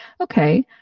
okay